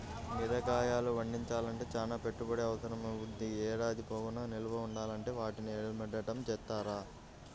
మిరగాయలు పండించాలంటే చానా పెట్టుబడి అవసరమవ్వుద్ది, ఏడాది పొడుగునా నిల్వ ఉండాలంటే వాటిని ఎండబెట్టడం జేత్తారు